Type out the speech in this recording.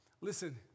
listen